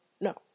no